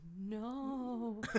No